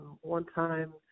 one-time